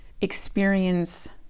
experience